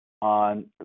on